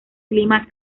clima